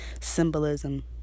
symbolism